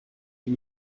ihn